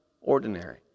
ordinary